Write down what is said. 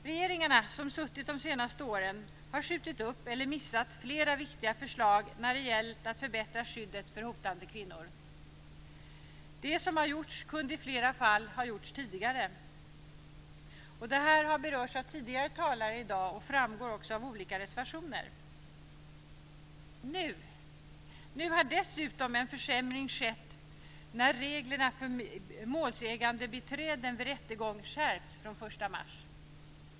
Regeringarna som suttit vid makten under de senaste åren har skjutit upp eller missat flera viktiga förslag när det gällt att förbättra skyddet för hotade kvinnor. Det som gjorts kunde i flera fall ha gjorts tidigare. Detta har berörts av tidigare talare i dag och framgår också av olika reservationer. Nu har dessutom en försämring skett när reglerna för målsägandebiträde vid rättegång skärpts från den 1 mars.